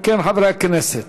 אם כן, חברי הכנסת,